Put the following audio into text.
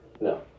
no